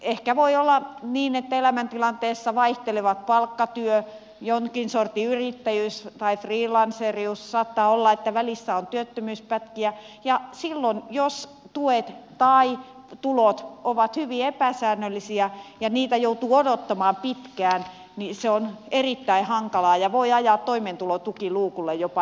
ehkä voi olla niin että elämäntilanteessa vaihtelevat palkkatyö jonkin sortin yrittäjyys tai freelancerius saattaa olla että välissä on työttömyyspätkiä ja silloin jos tuet tai tulot ovat hyvin epäsäännöllisiä ja niitä joutuu odottamaan pitkään se on erittäin hankalaa ja voi ajaa jopa toimeentulotukiluukulle ihmisiä